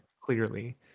clearly